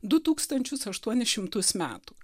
du tūkstančius aštuonis šimtus metų